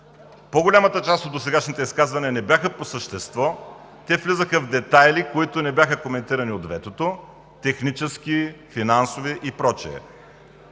по-голямата част от досегашните изказвания не бяха по същество, те влизаха в детайли, които не бяха коментирани от ветото – технически, финансови и прочее.